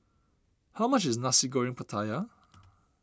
how much is Nasi Goreng Pattaya